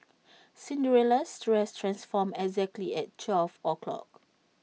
Cinderella's dress transformed exactly at twelve O clock